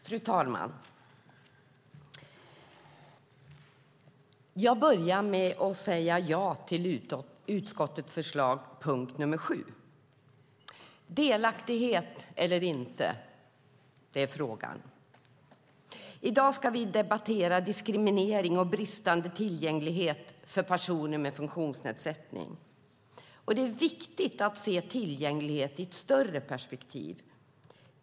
Fru talman! Jag börjar med att säga ja till punkt nr 7 i utskottets förslag. Delaktighet eller inte - det är frågan. I dag ska vi debattera diskriminering och bristande tillgänglighet för personer med funktionsnedsättning. Det är viktigt att se tillgänglighet i ett större perspektiv.